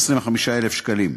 25,000 שקלים.